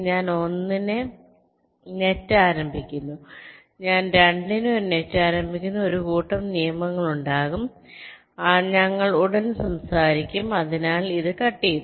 ഞാൻ 1 ന് നെറ്റ് ആരംഭിക്കുന്നു ഞാൻ 2 ന് ഒരു നെറ്റ് ആരംഭിക്കുന്നു ഒരു കൂട്ടം നിയമങ്ങൾ ഉണ്ടാകും ഞങ്ങൾ ഉടൻ സംസാരിക്കും അതിനാൽ ഞാൻ ഇത് ചെയ്തു